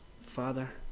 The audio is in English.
father